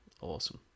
awesome